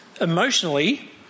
emotionally